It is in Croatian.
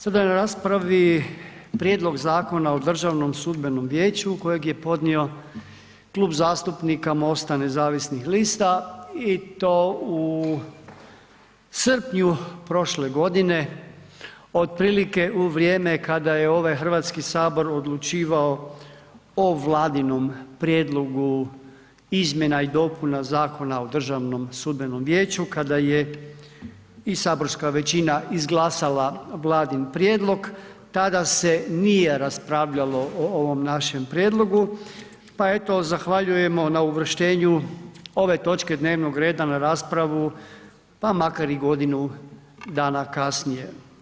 Sada je na raspravi prijedlog Zakona o državnom sudbenom vijeću kojeg je podnio Klub zastupnika MOST-a nezavisnih lista i to u srpnju prošle godine, otprilike u vrijeme kada je ovaj HS odlučivao o Vladinom prijedlogu izmjena i dopuna Zakona o državnom sudbenom vijeću kada je i saborska većina izglasala Vladin prijedlog, tada se nije raspravljalo o ovom našem prijedlogu, pa eto zahvaljujemo na uvrštenju ove točke dnevnog reda na raspravu, pa makar i godinu dana kasnije.